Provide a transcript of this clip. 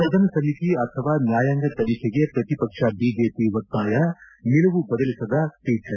ಸದನ ಸಮಿತಿ ಅಥವಾ ನ್ಯಾಯಾಂಗ ತನಿಬೆಗೆ ಪ್ರತಿಪಕ್ಷ ಬಿಜೆಪಿ ಒತ್ತಾಯ ನಿಲುವು ಬದಲಿಸದ ಸ್ವೀಕರ್